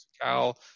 Cal